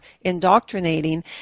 indoctrinating